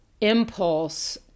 impulse